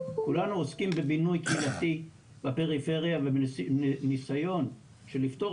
כולנו עוסקים בבינוי קהילתי בפריפריה ועם ניסיון שנפתור